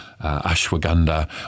ashwagandha